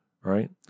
Right